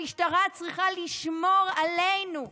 המשטרה צריכה לשמור עלינו,